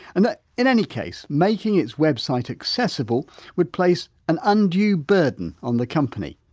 and that in any case making its website accessible would place an undue burden on the company.